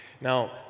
Now